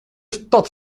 stad